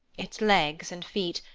its legs and feet,